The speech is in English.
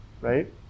right